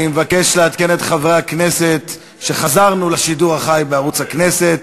אני מבקש לעדכן את חברי הכנסת שחזרנו לשידור החי בערוץ הכנסת.